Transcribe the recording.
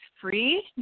free